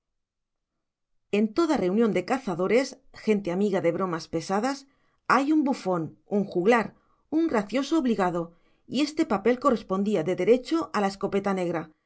en toda reunión de cazadores gente amiga de bromas pesadas hay un bufón un juglar un gracioso obligado y este papel correspondía de derecho a la escopeta negra